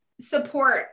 support